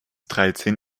dreizehn